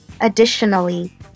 Additionally